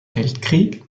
weltkrieg